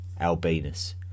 Albinus